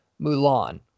Mulan